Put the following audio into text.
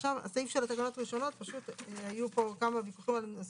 היו פה כמה נוסחים.